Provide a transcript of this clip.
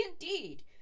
Indeed